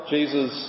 Jesus